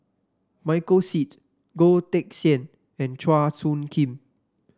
Michael Seet Goh Teck Sian and Chua Soo Khim